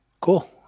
cool